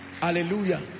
Hallelujah